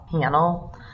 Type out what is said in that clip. panel